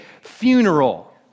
funeral